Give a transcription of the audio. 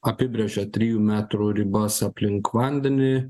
apibrėžė trijų metrų ribas aplink vandeniui